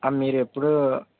మీరు ఎప్పుడు